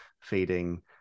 feeding